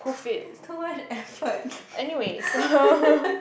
it's too much effort